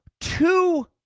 two